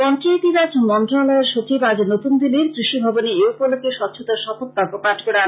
পঞ্চায়েতি রাজ মন্ত্রণালয়ের সচিব আজ নতন দিল্লির কৃষি ভবনে এই উপলক্ষে স্বচ্ছতার শপথ বাক্য পাঠ করান